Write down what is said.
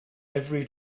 every